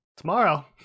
Tomorrow